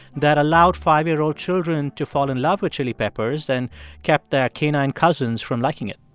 that allowed five year old children to fall in love with chili peppers and kept their canine cousins from liking it?